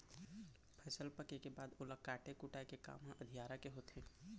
फसल पके के बाद ओला काटे कुटाय के काम ह अधियारा के होथे